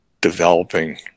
developing